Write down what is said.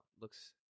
Looks